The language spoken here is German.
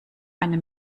eine